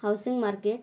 housing market